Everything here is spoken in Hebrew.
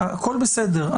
הכול בסדר.